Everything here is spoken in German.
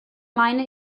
meine